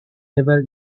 never